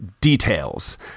details